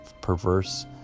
perverse